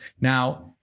Now